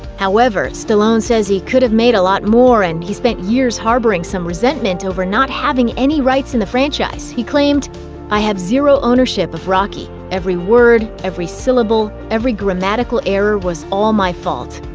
however, stallone says he could have made a lot more, and he's spent years harboring some resentment over not having any rights in the franchise. he claimed i have zero ownership of rocky. every word, every syllable, every grammatical error was all my fault.